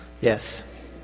yes